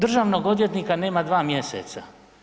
Državnog odvjetnika nema 2 mjeseca.